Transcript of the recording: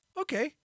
okay